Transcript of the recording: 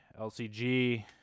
LCG